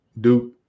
Duke